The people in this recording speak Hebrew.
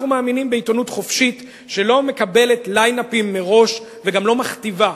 אנחנו מאמינים בעיתונות חופשית שלא מקבלת ליין-אפים מראש וגם לא מכתיבה.